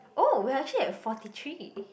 oh we are actually at forty three